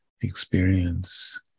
experience